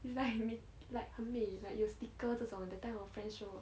it's like like 很美 like 有 sticker 这种 that time 我 friend show 我